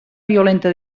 violenta